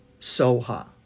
soha